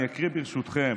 אני אקריא, ברשותכם,